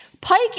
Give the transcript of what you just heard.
Pike